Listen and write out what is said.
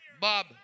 Bob